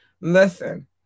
listen